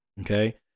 Okay